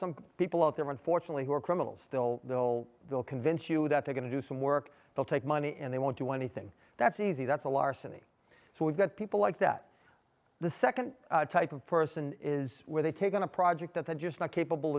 some people out there unfortunately who are criminals still will they'll convince you that they can to do some work they'll take money and they won't do anything that's easy that's a larceny so we've got people like that the second type of person is where they take on a project that that just not capable